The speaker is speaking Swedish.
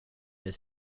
mig